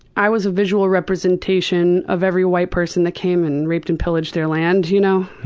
i was a visual representation of every white person that came and raped and pillaged their land, you know?